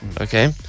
okay